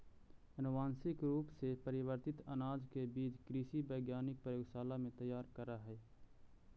अनुवांशिक रूप से परिवर्तित अनाज के बीज कृषि वैज्ञानिक प्रयोगशाला में तैयार करऽ हई